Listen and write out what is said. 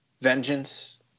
vengeance